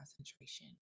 concentration